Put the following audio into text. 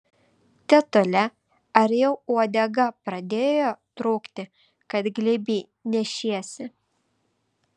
tetule ar jau uodega pradėjo trūkti kad glėby nešiesi